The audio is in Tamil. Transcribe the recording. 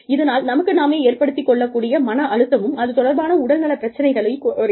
இதனால் நமக்கு நாமே ஏற்படுத்திக் கொள்ளக் கூடிய மன அழுத்தமும் அது தொடர்பான உடல்நல பிரச்சனைகள் குறையும்